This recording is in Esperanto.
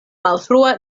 malfrua